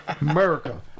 America